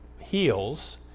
heals